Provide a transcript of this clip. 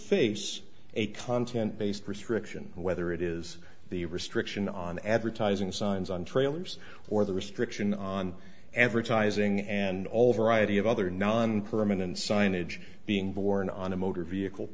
face a content based restriction whether it is the restriction on advertising signs on trailers or the restriction on advertising and all variety of other nonpermanent signage being born on a motor vehicle